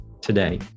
today